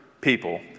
people